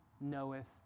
knoweth